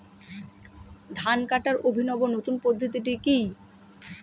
ধান কাটার অভিনব নতুন পদ্ধতিটি কি?